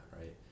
right